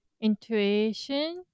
intuition